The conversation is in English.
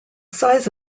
size